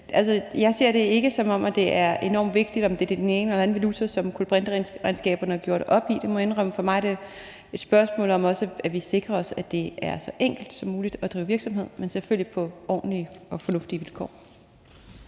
jeg ser det ikke, som om det er enormt vigtigt, om det er den ene eller den anden valuta, som kulbrinteregnskaberne er gjort op i. Det må jeg indrømme. For mig er det også et spørgsmål om, at vi sikrer os, at det er så enkelt som muligt at drive virksomhed, men selvfølgelig på ordentlige og fornuftige vilkår.